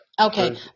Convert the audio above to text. okay